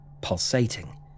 pulsating